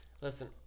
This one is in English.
Listen